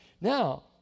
Now